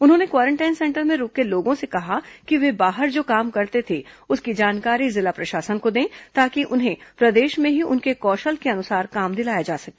उन्होंने quarantine centre में रूके लोगों से कहा कि वे बाहर जो काम करते थे उसकी जानकारी जिला प्रशासन को दें ताकि उन्हें प्रदेश में ही उनके कौशल के अनुसार काम दिलाया जा सके